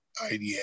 IDA